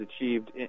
achieved